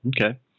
Okay